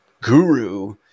guru